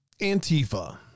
Antifa